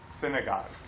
synagogues